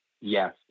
Yes